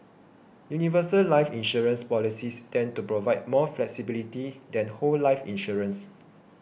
universal life insurance policies tend to provide more flexibility than whole life insurance